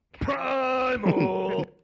PRIMAL